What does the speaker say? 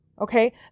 Okay